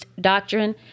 doctrine